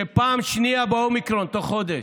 של פעם שנייה אומיקרון בתוך חודש.